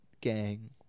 gang